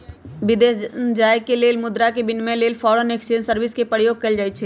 विदेश जाय के लेल मुद्रा के विनिमय लेल फॉरेन एक्सचेंज सर्विस के प्रयोग कएल जाइ छइ